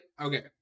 okay